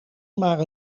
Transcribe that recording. maar